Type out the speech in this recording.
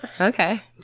Okay